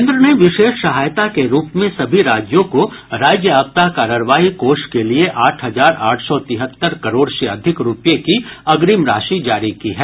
केन्द्र ने विशेष सहायता के रूप में सभी राज्यों को राज्य आपदा कार्रवाई कोष के लिए आठ हजार आठ सौ तिहत्तर करोड़ से अधिक रुपये की अग्रिम राशि जारी की है